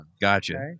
Gotcha